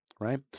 Right